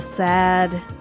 Sad